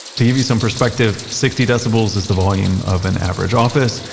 to give you some perspective, sixty decibels is the volume of an average office.